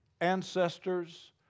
ancestors